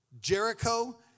Jericho